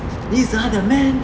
these are the men